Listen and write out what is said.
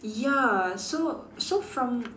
ya so so from